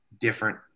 different